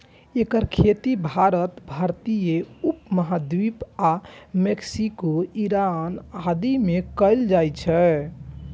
एकर खेती भारत, भारतीय उप महाद्वीप आ मैक्सिको, ईरान आदि मे कैल जाइ छै